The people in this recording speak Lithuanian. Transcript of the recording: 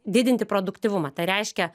didinti produktyvumą tai reiškia